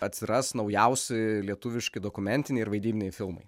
atsiras naujausi lietuviški dokumentiniai ir vaidybiniai filmai